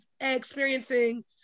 experiencing